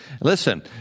Listen